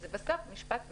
בסוף המשפט מאפשר,